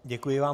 Děkuji vám.